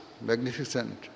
magnificent